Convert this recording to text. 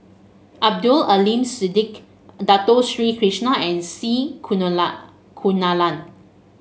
Abdul Aleem Siddique Dato Sri Krishna and C Kunalan